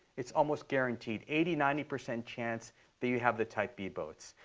it's almost guaranteed, eighty, ninety percent chance that you have the type-b boats.